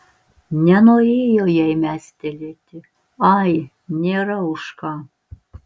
nenorėjo jai mestelėti ai nėra už ką